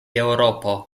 eŭropo